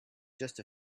just